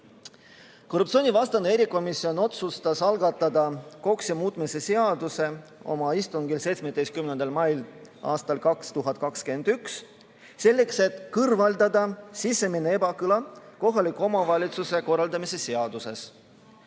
Korruptsioonivastane erikomisjon otsustas algatada KOKS-i muutmise seaduse oma istungil 17. mail aastal 2021, selleks et kõrvaldada sisemine ebakõla kohaliku omavalitsuse korraldamise seaduses.